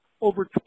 over